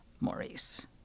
Maurice